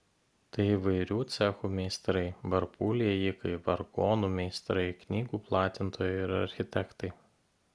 tai įvairių cechų meistrai varpų liejikai vargonų meistrai knygų platintojai ir architektai